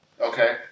Okay